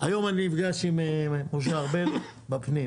היום אני נפגש עם משה ארבל בפנים.